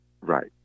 Right